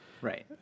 Right